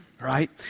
right